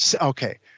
Okay